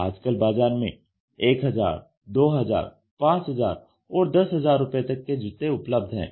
आजकल बाजार में 1000 2000 5000 और 10000 रुपए तक के जूते उपलब्ध है